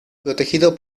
protegido